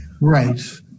Right